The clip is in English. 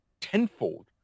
tenfold